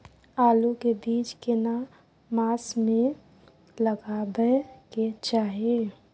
आलू के बीज केना मास में लगाबै के चाही?